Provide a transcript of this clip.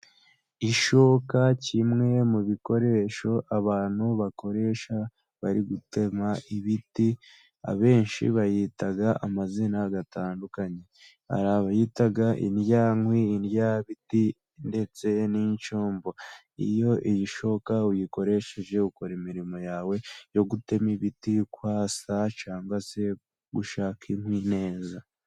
Ishoka kimwe mu bikoresho abantu bakoresha bari gutema ibiti, abenshi bayita amazina atandukanye, hari abayita indyakwi, indyabiti ndetse n'incombo. Iyo u iyi shoka uyikoresheje ukora imirimo yawe yo gutema ibiti, kwasa, cyangwa se gushaka inkwi neza.